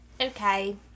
Okay